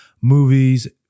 movies